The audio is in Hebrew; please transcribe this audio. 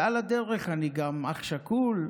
על הדרך אני גם אח שכול,